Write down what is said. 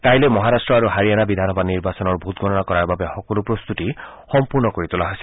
কাইলৈ মহাৰট্ট আৰু হাৰিয়ানা বিধান সভা নিৰ্বাচনৰ ভোটগণনা কৰাৰ বাবে সকলো প্ৰস্তুতি সম্পূৰ্ণ কৰি তোলা হৈছে